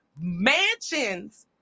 mansions